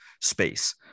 space